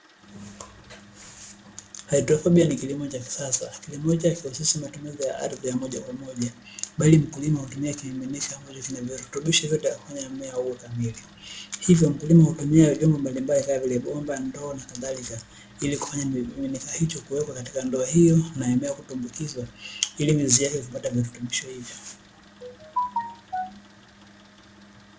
Haidroponi ni kilimo cha kisasa kilimo hiki hakihusishi matumizi ya ardhi ya moja kwa moja bali mkulima hutumia kimiminika ambacho kina virutubisho vyote na kufanya mmea ukue kamili, hivyo mkulima kutumia vyombo mbalimbali kama vile bomba ,ndoo na kadhalika ili kufanya kimiminika hicho kuwekwa katika ndoo hiyo na eneo kutumbukizwa ili mizizi yake kupata virutubisho hivyo.